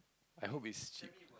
I hope it's cheap